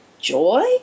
Joy